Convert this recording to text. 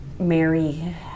Mary